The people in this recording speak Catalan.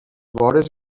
vores